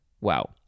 Wow